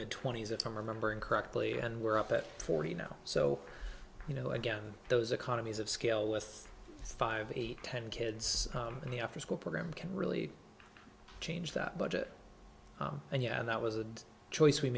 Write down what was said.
mid twenty's if i'm remembering correctly and we're up at forty now so you know again those economies of scale with five eight ten kids in the afterschool program can really change that budget and yeah that was a choice we